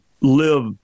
live